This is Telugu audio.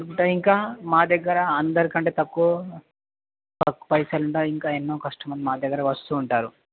అంటే ఇంకా మా దగ్గర అందరి కంటే తక్కువ తక్కువ పైసలు ఉన్న ఇంకా ఎన్నో కస్టమర్లు మా దగ్గర వస్తూ ఉంటారు